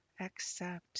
accept